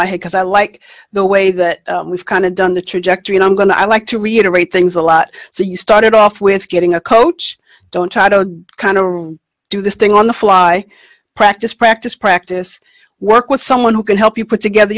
my head because i like the way that we've kind of done the trajectory and i'm going to i like to reiterate things a lot so you started off with getting a coach don't try to kind of do this thing on the fly practice practice practice work with someone who can help you put together